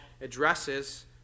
addresses